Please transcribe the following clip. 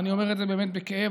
אני אומר את זה באמת בכאב,